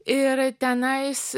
ir tenais